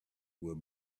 were